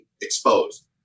exposed